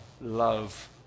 love